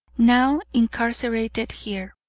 now incarcerated here.